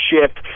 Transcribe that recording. ship